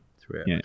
throughout